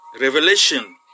revelation